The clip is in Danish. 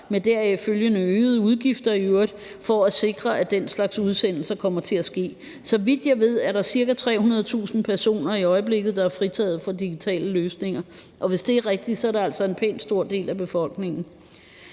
med deraf følgende øgede udgifter i øvrigt for at sikre, at den slags udsendelser kommer til at ske. Så vidt jeg ved, er der ca. 300.000 personer i øjeblikket, der er fritaget for digitale løsninger, og hvis det er rigtigt, er det altså en pæn stor del af befolkningen.